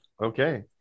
okay